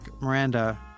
Miranda